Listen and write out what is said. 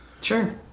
Sure